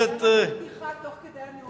זאת היתה בדיחה תוך כדי הנאום.